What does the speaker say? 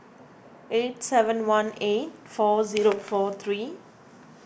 eight seven one eight four zero four three